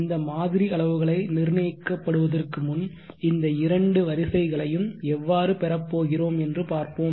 இந்த மாதிரி அளவுகளை நிர்ணயிக்கப்படுவதற்கு முன் இந்த இரண்டு வரிசைகளையும் எவ்வாறு பெறப்போகிறோம் என்று பார்ப்போம்